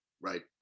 Right